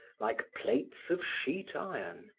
like plates of sheet iron.